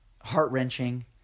Heart-wrenching